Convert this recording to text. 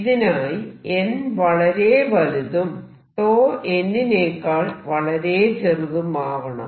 ഇതിനായി n വളരെ വലുതും 𝞃 n നേക്കാൾ വളരെ ചെറുതുമാവണം